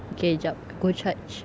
okay jap I go charge